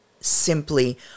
simply